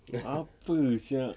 apa sia